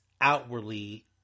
outwardly